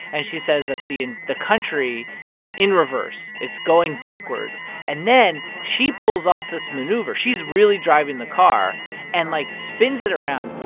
and she says at the the country is in reverse. it's going backwards. and then she pulls off this maneuver she's really driving the car and, like, spins it around